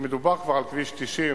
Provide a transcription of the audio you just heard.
אם מדובר כבר על כביש 90,